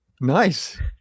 Nice